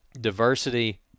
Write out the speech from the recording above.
diversity